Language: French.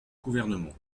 gouvernement